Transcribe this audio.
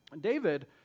David